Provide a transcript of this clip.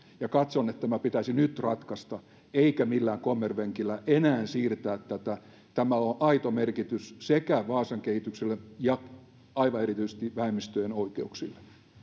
katson että tämä pitäisi nyt ratkaista eikä millään kommervenkillä enää siirtää tätä tällä on aito merkitys sekä vaasan kehitykselle että aivan erityisesti vähemmistöjen oikeuksille